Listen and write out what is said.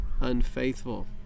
unfaithful